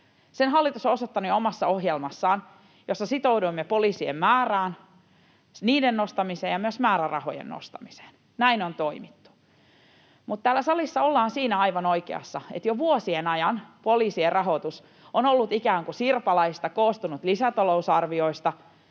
Sen hallitus on osoittanut jo omassa ohjelmassaan, jossa sitouduimme poliisien määrään, sen nostamiseen ja myös määrärahojen nostamiseen. Näin on toimittu. Mutta täällä salissa ollaan siinä aivan oikeassa, että jo vuosien ajan poliisien rahoitus on ollut ikään kuin sirpaleista, lisätalousarvioista